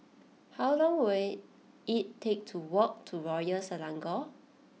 how long will it take to walk to Royal Selangor